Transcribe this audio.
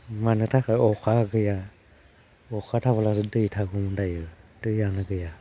मानो थाखाय अखा गैया अखा थाब्लासो दै थागोन दायो दैयानो गैया